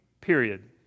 Period